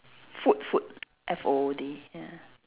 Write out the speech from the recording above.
food food F O O D ya